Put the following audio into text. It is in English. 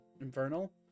infernal